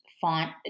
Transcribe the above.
Font